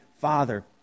father